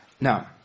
Now